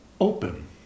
open